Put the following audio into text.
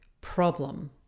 problem